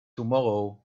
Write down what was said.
tomorrow